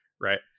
right